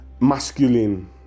masculine